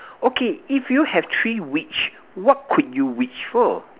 okay if you have three wish what could you wish for